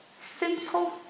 simple